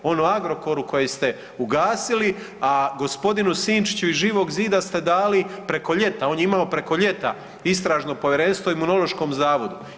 Ono Agrokoru koje ste ugasili, a gospodinu Sinčiću iz Živog zida ste dali preko ljeta, on je imao preko ljeta istražno povjerenstvo u Imunološkom zavodu.